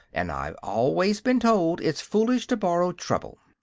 and i've always been told it's foolish to borrow trouble.